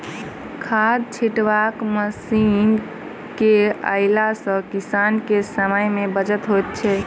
खाद छिटबाक मशीन के अयला सॅ किसान के समय मे बचत होइत छै